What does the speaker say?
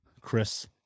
Chris